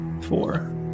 four